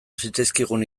zitzaizkigun